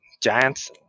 giants